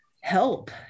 help